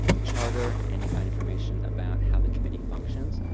the charter, and you'll find information about how the committee functions,